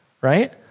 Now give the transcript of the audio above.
right